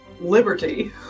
Liberty